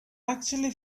actually